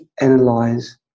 analyze